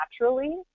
naturally